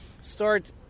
start